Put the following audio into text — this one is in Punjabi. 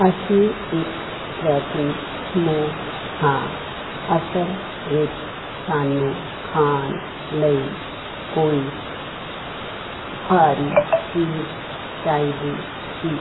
ਅਸੀਂ ਇੱਕ ਟ੍ਰੈਕਿੰਗ ਸਮੂਹ ਹਾਂ ਅਸਲ ਵਿੱਚ ਸਾਨੂੰ ਖਾਣ ਲਈ ਕੋਈ ਭਾਰੀ ਚੀਜ਼ ਚਾਹੀਦੀ ਸੀ